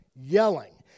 yelling